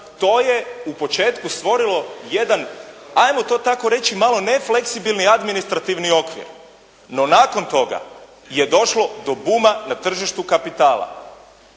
to je u početku stvorilo jedan, 'ajmo to tako reći jedan nefleksibilni administrativni okvir, no nakon toga je došlo do buma na tržištu kapitala.